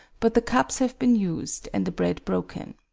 but the cups have been used and the bread broken.